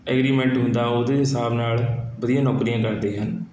agreement ਹੁੰਦਾ ਉਹਦੇ ਹਿਸਾਬ ਨਾਲ਼ ਵਧੀਆ ਨੌਕਰੀਆਂ ਕਰਦੇ ਹਨ